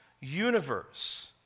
universe